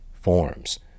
forms